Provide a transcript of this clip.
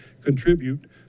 contribute